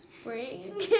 spring